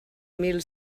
mil